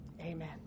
Amen